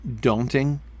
daunting